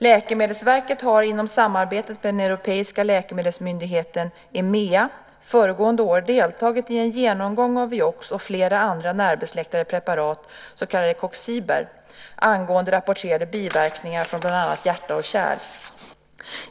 Läkemedelsverket har inom samarbetet med den europeiska läkemedelsmyndigheten EMEA föregående år deltagit i en genomgång av Vioxx och flera andra närbesläktade preparat, så kallade coxiber, angående rapporterade biverkningar från bland annat hjärta och kärl.